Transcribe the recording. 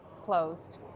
closed